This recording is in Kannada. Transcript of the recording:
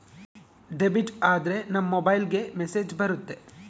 ಡೆಬಿಟ್ ಆದ್ರೆ ನಮ್ ಮೊಬೈಲ್ಗೆ ಮೆಸ್ಸೇಜ್ ಬರುತ್ತೆ